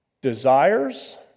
desires